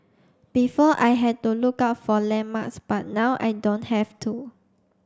before I had to look out for landmarks but now I don't have to